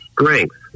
strength